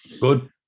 Good